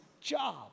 job